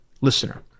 listener